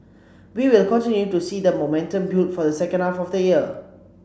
we will continue to see the momentum build for the second half of the year